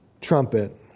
trumpet